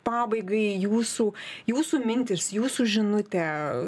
pabaigai jūsų jūsų mintys jūsų žinutė